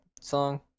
song